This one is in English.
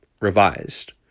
Revised